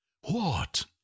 What